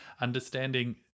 understanding